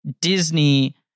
Disney –